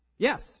Yes